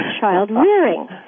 child-rearing